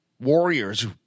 warriors